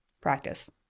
practice